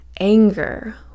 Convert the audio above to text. anger